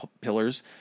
pillars